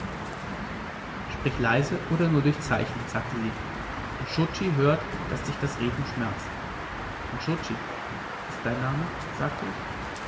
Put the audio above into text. sprich leise oder nur durch zeichen sagte sie nscho tschi hört daß dich das reden schmerzt nscho tschi ist dein name sagte ich